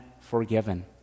forgiven